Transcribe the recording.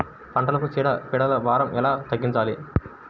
పంటలకు చీడ పీడల భారం ఎలా తగ్గించాలి?